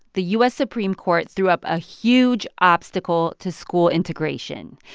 the u s. supreme court threw up a huge obstacle to school integration.